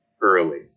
early